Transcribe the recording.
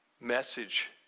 message